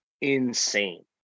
insane